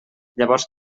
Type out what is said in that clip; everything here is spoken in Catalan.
llavors